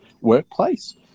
workplace